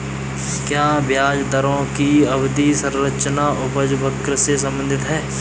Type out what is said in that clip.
क्या ब्याज दरों की अवधि संरचना उपज वक्र से संबंधित है?